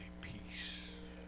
peace